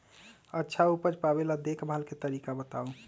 अच्छा उपज पावेला देखभाल के तरीका बताऊ?